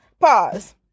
Pause